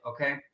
okay